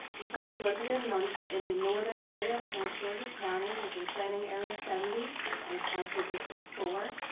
the site is located in and um in the northern area of prince george's county within planning area seventy and council district four.